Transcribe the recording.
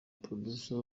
producer